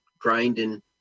grinding